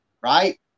right